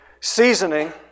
seasoning